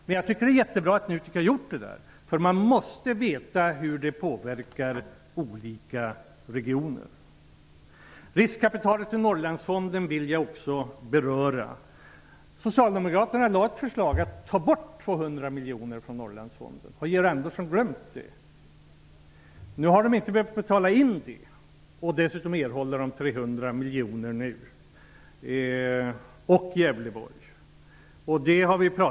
Men det är jättebra att NUTEK har gjort den här kartläggningen. Man måste veta hur olika regioner påverkas. Jag vill också beröra riskkapitalet till Norrlandsfonden. Socialdemokraterna lade fram ett förslag om att man skulle ta bort 200 miljoner från Norrlandsfonden. Har Georg Andersson glömt det? Man har inte behövt betala in detta belopp. Dessutom erhåller Norrland, inklusive Gävleborgs län, nu 300 miljoner.